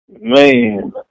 Man